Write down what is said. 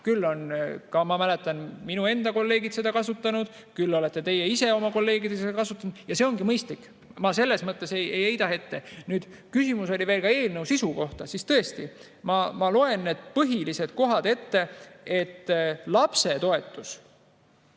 Küll on seda, ma mäletan, minu enda kolleegid seda kasutanud, küll olete teie ise oma kolleegidega kasutanud. Ja see ongi mõistlik, ma selles mõttes ei heida ette. Nüüd, küsimus oli veel ka eelnõu sisu kohta. Ma loen need põhilised kohad ette. Lapsetoetus